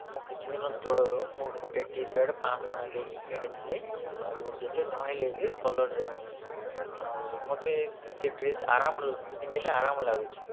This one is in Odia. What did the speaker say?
ମୁଁ କିଛି ଦିନ ତଳରୁ ଗୋଟେ ଟି ସାର୍ଟ୍ ପାଞ୍ଚ ଶହ ଟଙ୍କା ଦେଇକି କିଣିଥିଲି ଯେତେ ଧୋଇଲେ ବି କଲର ଯାଉନି ଆଉ ମୋତେ ସେ ଡ୍ରେସ୍ ଆରାମ ପିନ୍ଧିଲେ ଆରାମ ଲାଗୁଛେ